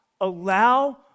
allow